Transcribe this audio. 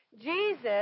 Jesus